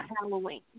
Halloween